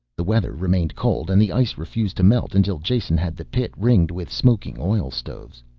the weather remained cold and the ice refused to melt until jason had the pit ringed with smoking oil stoves.